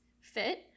fit